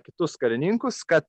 kitus karininkus kad